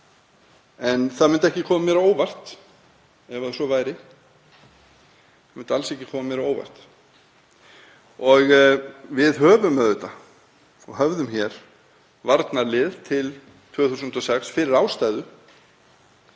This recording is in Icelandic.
En það myndi ekki koma mér á óvart ef svo væri, það myndi alls ekki koma mér á óvart. Við höfum auðvitað og höfðum hér varnarlið til 2006 af ástæðu.